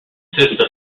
consists